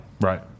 Right